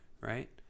right